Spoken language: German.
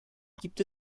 gibt